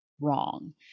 wrong